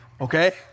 okay